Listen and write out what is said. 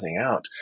out